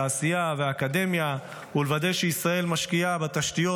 התעשייה והאקדמיה ולוודא שישראל משקיעה בתשתיות,